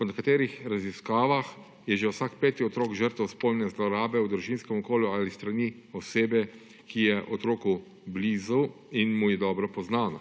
Po nekaterih raziskavah je že vsak peti otrok žrtev spolne zlorabe v družinskem okolju ali s strani osebe, ki je otroku blizu in mu je dobro poznana.